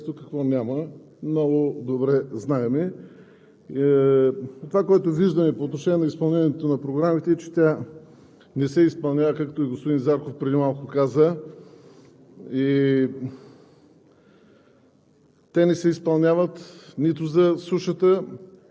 които взимаме отношение, какво има по сайтовете на Министерството, какво няма – много добре знаем. От това, което виждаме по отношение на изпълнението на програмите е, че те не се изпълняват, както и господин Зарков преди малко каза.